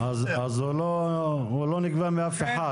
אז הוא לא נגבה מאף אחד,